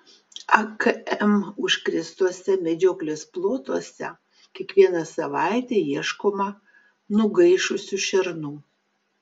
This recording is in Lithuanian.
akm užkrėstuose medžioklės plotuose kiekvieną savaitę ieškoma nugaišusių šernų